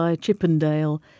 chippendale